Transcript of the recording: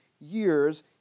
years